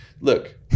look